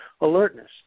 alertness